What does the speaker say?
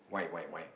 why why why